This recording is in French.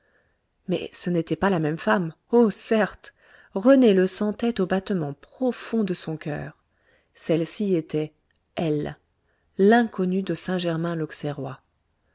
mais ce n'était pas la même femme oh certes rené le sentait aux battements profonds de son coeur celle-ci était elle l'inconnue de